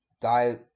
die